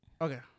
okay